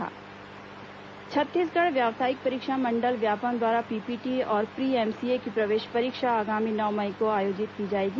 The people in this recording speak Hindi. पीपीटी प्रीएमसीए परीक्षा छत्तीसगढ़ व्यावसायिक परीक्षा मंडल व्यापमं द्वारा पीपीटी और प्रीएमसीए की प्रवेश परीक्षा आगामी नौ मई को आयोजित की जाएगी